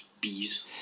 bees